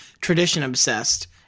tradition-obsessed